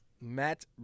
Matt